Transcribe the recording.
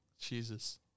Jesus